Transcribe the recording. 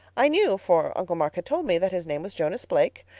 i knew, for uncle mark had told me, that his name was jonas blake,